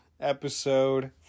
episode